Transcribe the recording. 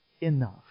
enough